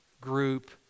group